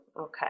okay